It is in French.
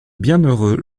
bienheureux